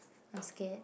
I'm scared